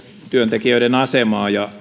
tekijöiden asemaa ja